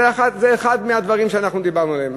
זה אחד הדברים שאנחנו דיברנו עליהם.